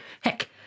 Heck